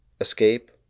escape